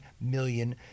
million